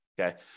okay